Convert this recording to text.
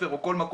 כול הדברים